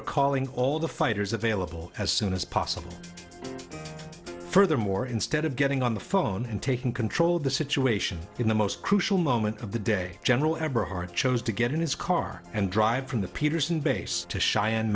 recalling all the fighters available as soon as possible furthermore instead of getting on the phone and taking control of the situation in the most crucial moment of the day general eberhart chose to get in his car and drive from the peterson base to